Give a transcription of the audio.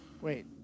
Wait